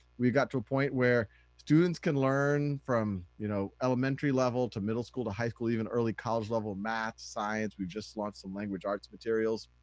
we got to a point where students can learn from you know elementary level to middle school to high school, even early college level math, science, we've just launched some language arts materials.